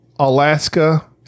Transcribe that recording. Alaska